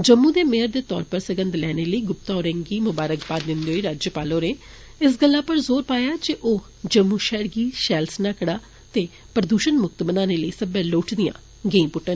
जम्मू दे मेयर दे तौर उप्पर सगंध लैने लेई गुप्ता होरें गी मुबारकबाद दिन्दे होई राज्यपाल होरें इस गल्ला उप्पर ज़ोर पाया जे ओ जम्मू षेहर गी षैल सनाह्कड़ा ते प्रदूशण मुक्त बनाने लेई सबै लोड़चदियां गेई पुष्टन